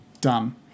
done